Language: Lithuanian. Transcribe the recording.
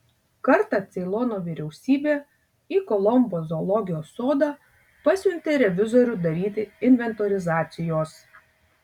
kartą ceilono vyriausybė į kolombo zoologijos sodą pasiuntė revizorių daryti inventorizacijos